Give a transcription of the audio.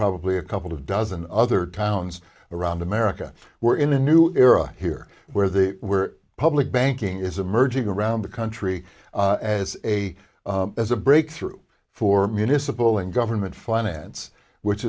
probably a couple of dozen other towns around america we're in a new era here where the public banking is emerging around the country as a as a breakthrough for municipal and government finance which